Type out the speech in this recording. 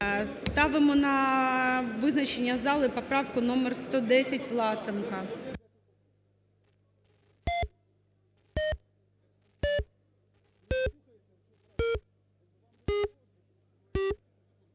Ставимо на визначення залу поправку 110 Власенка.